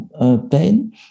pain